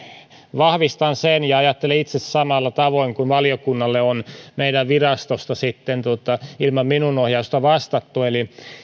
vahvistan sen ja ajattelen itse samalla tavoin kuin valiokunnalle on meidän virastosta ilman minun ohjaustani vastattu eli